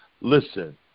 listen